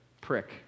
prick